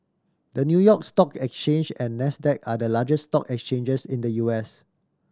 the New York Stock Exchange and Nasdaq are the largest stock exchanges in the U S